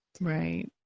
Right